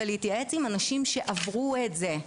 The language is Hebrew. כמו כן, להתייעץ עם אנשים שעברו את זה.